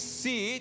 see